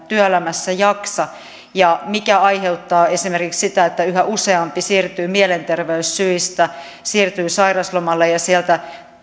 työelämässä jaksa ja mikä aiheuttaa esimerkiksi sitä että yhä useampi siirtyy mielenterveyssyistä sairauslomalle ja sieltä